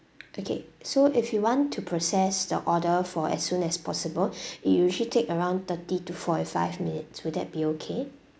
okay so if you want to process the order for as soon as possible we usually take around thirty to forty five minutes will that be okay